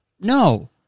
No